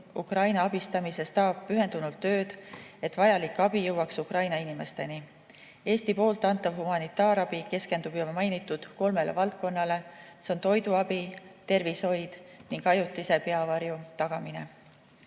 Ukraina abistamiseks pühendunult tööd, et vajalik abi jõuaks Ukraina inimesteni. Eesti antav humanitaarabi keskendub juba mainitud kolmele valdkonnale. Need on toiduabi, tervishoid ning ajutise peavarju tagamine.